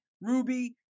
Ruby